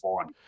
fine